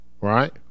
right